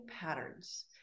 patterns